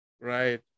Right